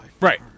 Right